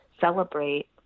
celebrate